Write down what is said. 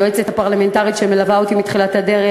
ליועצת הפרלמנטרית שמלווה אותי מתחילת הדרך,